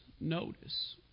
notice